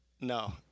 No